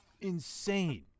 insane